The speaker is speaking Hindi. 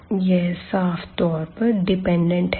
यह साफ तौर पर डिपेंड है